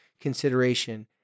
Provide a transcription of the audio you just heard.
consideration